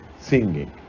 singing